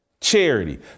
charity